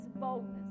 boldness